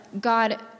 God